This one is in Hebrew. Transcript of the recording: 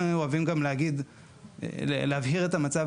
שני שחקנים חדשים שמאתגרים את המערכת,